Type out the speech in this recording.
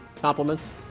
Compliments